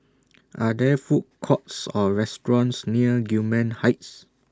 Are There Food Courts Or restaurants near Gillman Heights